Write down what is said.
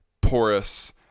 porous